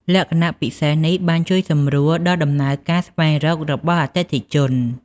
លក្ខណៈពិសេសនេះបានជួយសម្រួលដល់ដំណើរការស្វែងរករបស់អតិថិជន។